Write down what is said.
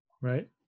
right